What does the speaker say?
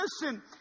listen